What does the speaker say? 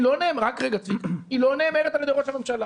היא לא נאמרת על ידי ראש הממשלה.